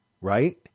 right